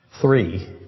three